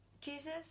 Jesus